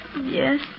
Yes